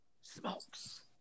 smokes